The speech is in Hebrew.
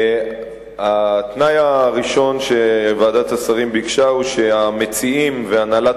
התנאי הראשון שוועדת השרים ביקשה הוא שהמציעים והנהלת